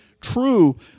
true